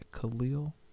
Khalil